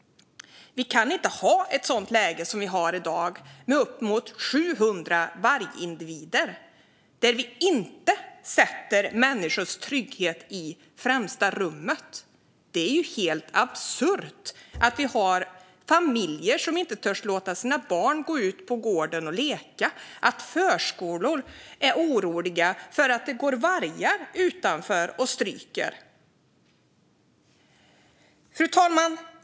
Vi kan inte ha ett läge som i dag, med uppemot 700 vargindivider, där vi inte sätter människors trygghet i främsta rummet. Det är ju helt absurt att det finns familjer som inte törs låta sina barn gå ut på gården och leka och att förskolor är oroliga för att vargar stryker förbi utanför. Fru talman!